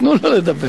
תנו לו לדבר.